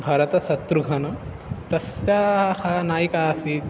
भरतः शत्रुघ्नः तस्याः नायिका आसीत्